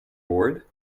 bored